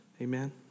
Amen